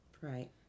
Right